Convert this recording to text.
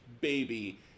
baby